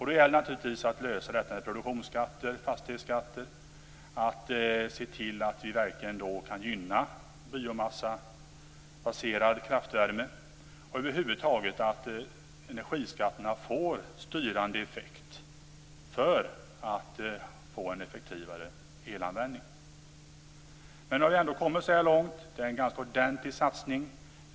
Det gäller naturligtvis att lösa problemet med produktionsskatter, fastighetsskatter och genom att se till att vi verkligen gynnar biomassabaserad kraftvärme och att energiskatterna över huvud taget får en styrande effekt för att uppnå en effektivare elanvändning. Nu har vi ändå kommit så här långt. Det är en ganska ordentlig satsning som görs.